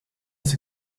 has